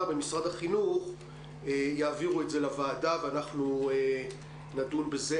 במשרד החינוך יעבירו את זה לוועדה ואנחנו נדון בזה.